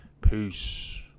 Peace